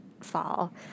fall